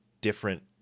different